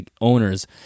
owners